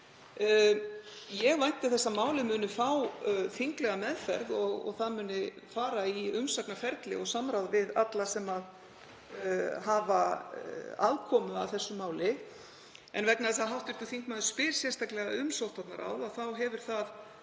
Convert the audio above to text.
Ég vænti þess að málið muni fá þinglega meðferð og að það muni fara í umsagnarferli og samráð við alla sem hafa aðkomu að þessu máli. En vegna þess að hv. þingmaður spyr sérstaklega um sóttvarnaráð hefur það